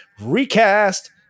recast